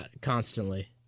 Constantly